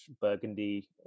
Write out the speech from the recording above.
burgundy